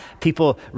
People